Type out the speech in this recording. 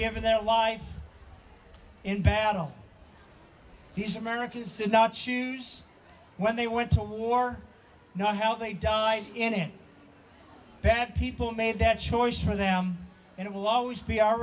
given their life in battle he's americans did not choose when they went to war know how they died in that people made that choice for them and it will always be our